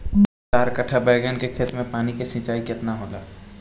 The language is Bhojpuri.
चार कट्ठा बैंगन के खेत में पानी के सिंचाई केतना होला?